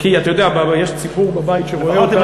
כי אתה יודע, יש ציבור בבית שרואה אותנו.